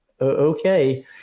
okay